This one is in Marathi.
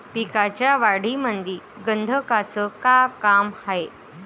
पिकाच्या वाढीमंदी गंधकाचं का काम हाये?